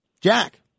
Jack